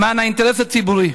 למען האינטרס הציבורי.